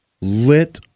lit